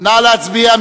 נא להצביע.